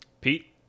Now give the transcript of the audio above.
Pete